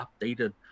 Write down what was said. updated